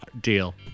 Deal